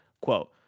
quote